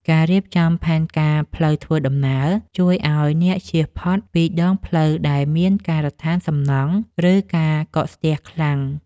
ការរៀបចំផែនការផ្លូវធ្វើដំណើរ ជួយឱ្យអ្នកជៀសផុតពីដងផ្លូវដែលមានការដ្ឋានសំណង់ ឬការកកស្ទះខ្លាំង។